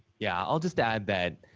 yeah, i'll just add that